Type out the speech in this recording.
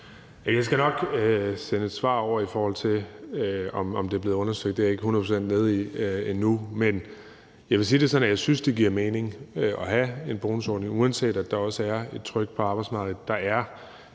Jeg skal nok sende et svar over i forhold til, om det er blevet undersøgt; det er jeg ikke hundrede procent nede i endnu. Men jeg vil sige det sådan, at jeg synes, det giver mening at have en bonusordning, uanset at der også er et tryk på arbejdsmarkedet. Der er